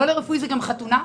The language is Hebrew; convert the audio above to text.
למשל חתונה.